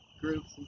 groups